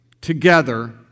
together